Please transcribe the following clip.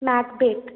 macbeth